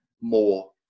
more